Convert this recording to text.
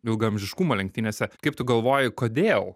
ilgaamžiškumo lenktynėse kaip tu galvoji kodėl